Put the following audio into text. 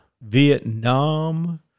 Vietnam